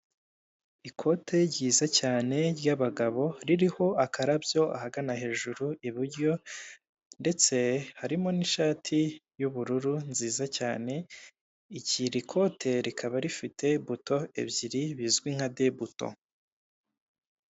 Ikote ryiza cyane ry'abagabo, ririho akarabyo ahagana hejuru iburyo, ndetse harimo n'ishati y'ubururu nziza cyane, irikote rikaba rifite buto ebyiri bizwi nka de buto.